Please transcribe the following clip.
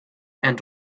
and